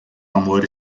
amor